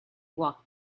walk